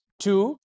two